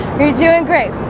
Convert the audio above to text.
you're doing great